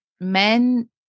men